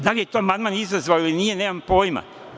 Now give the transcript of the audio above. Da li je to amandman izazvao ili nije, nemam pojma.